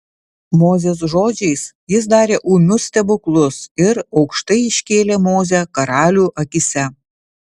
mozės žodžiais jis darė ūmius stebuklus ir aukštai iškėlė mozę karalių akyse